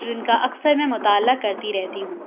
جن کا اکثر میں مطالعہ کرتی رہتی ہوں